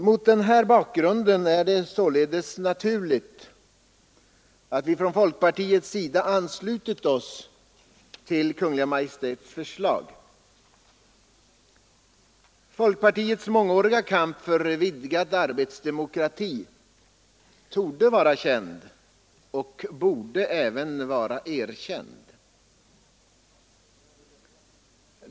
Mot den här bakgrunden är det naturligt att vi från folkpartiets sida anslutit oss till Kungl. Maj:ts förslag. Folkpartiets mångåriga kamp för vidgad arbetsdemokrati torde vara känd och borde även vara erkänd.